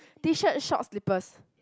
T-shirt shorts slippers